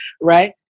right